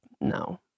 no